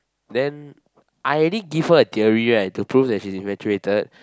then I already give her a theory right to prove that she's infatuated